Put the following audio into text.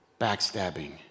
backstabbing